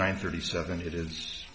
nine thirty seven it is